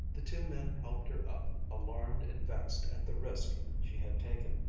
the two men helped her up, alarmed and vexed at the risk she had taken.